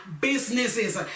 businesses